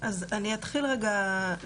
אז אני אתחיל להגיד.